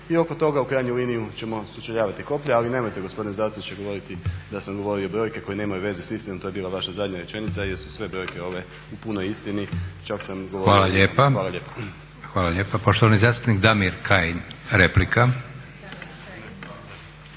i oko toga u krajnjoj liniji ćemo sučeljavati koplja. Ali nemojte gospodine zastupniče govoriti da sam govorio brojke koje nemaju veze s istinom. To je bila vaša zadnja rečenica, jer su sve brojke ove u punoj istini. Hvala lijepa. **Leko, Josip (SDP)** Hvala lijepa. Poštovani zastupnik Damir Kajin, replika.